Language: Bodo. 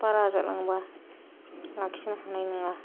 बारा जालाङोबा लाखिनो हानाय नङा